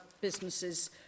businesses